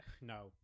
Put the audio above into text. No